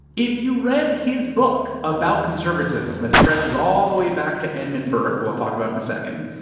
if you read his book about conservatism that stretches all the way back to edmund burke, who i'll talk about in a second,